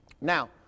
Now